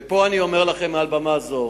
ופה אני אומר לכם, מעל במה זו: